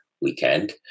weekend